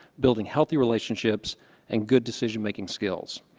building healthy relationships and good decision-making skills.